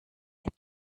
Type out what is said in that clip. had